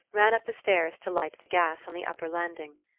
ran up the stairs to light the gas on the upper landing.